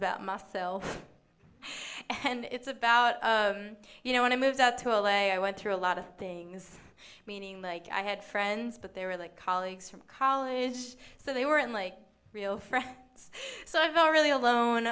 about myself and it's about you know when i moved out to l a i went through a lot of things meaning like i had friends but they were like colleagues from college so they weren't like real friends so i've never really alone